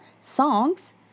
Songs